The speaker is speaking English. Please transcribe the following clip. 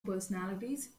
personalities